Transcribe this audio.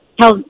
tell